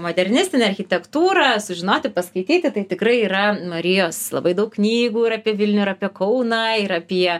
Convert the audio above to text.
modernistinę architektūrą sužinoti paskaityti tai tikrai yra marijos labai daug knygų ir apie vilnių ir apie kauną ir apie